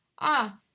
Ah